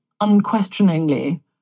unquestioningly